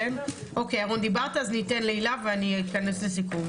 אוקיי, אז ניתן להילה ואני אכנס לסיכום.